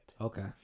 okay